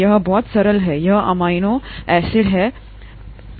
यह बहुत सरल हैयह अमीनो है एसिड बहुत सरल है